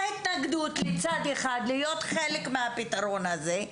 התנגדות מצד אחד להיות חלק מהפתרון הזה.